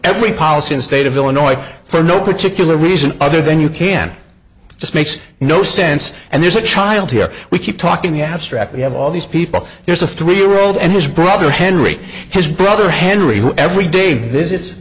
every policy and state of illinois for no particular reason other than you can just makes no sense and there's a child here we keep talking the abstract you have all these people there's a three year old and his brother henry his brother henry who every day visits